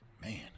Man